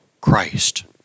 Christ